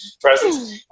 presence